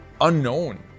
unknown